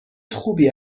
خوبی